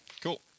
cool